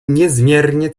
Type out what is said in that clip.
niezmiernie